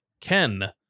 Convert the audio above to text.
Ken